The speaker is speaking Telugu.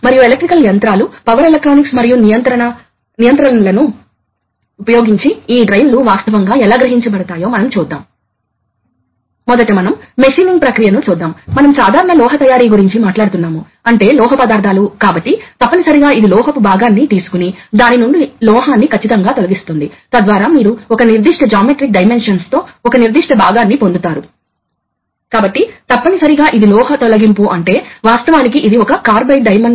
మనము ఇప్పటికే డైరెక్షన్ కంట్రోల్ వాల్వ్స్ చూశాము హైడ్రాలిక్స్ లో కూడా మేము వాటిని చూశాము కాబట్టి ఇక్కడ కొత్తగా ఏమీ లేదు కాబట్టి వాల్వ్ వాస్తవానికి ఇక్కడ చూపబడింది మీరు ఇన్లెట్ మరియు అవుట్లెట్ పోర్టులను చూడవచ్చు కాబట్టి పైలట్ ప్రెషర్ ఉన్నప్పుడు ఇక్కడ స్ప్రింగ్ ని చూడవచ్చు ఇది పైలట్ ప్రెషర్